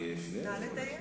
נא לדייק.